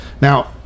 Now